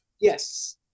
Yes